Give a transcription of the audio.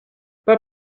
pas